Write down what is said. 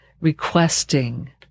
requesting